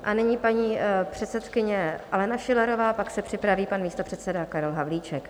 A nyní paní předsedkyně Alena Schillerová, pak se připraví pan místopředseda Karel Havlíček.